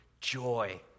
joy